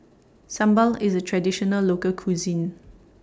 Sambal IS A Traditional Local Cuisine